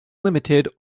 limited